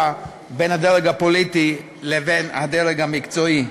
בין הדרג הפוליטי לבין הדרג המקצועי.